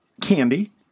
candy